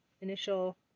initial